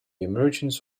emergence